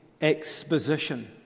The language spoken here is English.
exposition